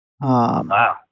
Wow